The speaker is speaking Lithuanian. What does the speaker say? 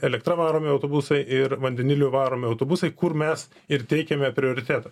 elektra varomi autobusai ir vandeniliu varomi autobusai kur mes ir teikiame prioritetą